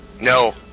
No